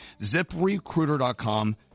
Ziprecruiter.com